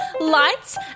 lights